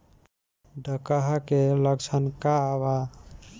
डकहा के लक्षण का वा?